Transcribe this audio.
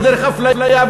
ודרך אפליה,